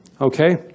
Okay